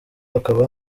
hakaba